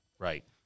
Right